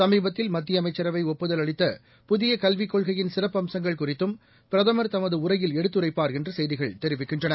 சமீபத்தில் மத்திய அமைச்சரவைஒப்புதல் அளித்த புதியகல்விக்கொள்கையின் சிறப்பு அம்சங்கள் குறித்தும் பிரதமர் தனதுஉரையில் எடுத்துரைப்பார் என்றுசெய்திகள் தெரிவிக்கின்றன